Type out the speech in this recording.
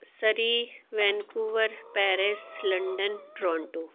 Surrey Vancouver Paris London Toronto